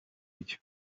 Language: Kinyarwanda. byo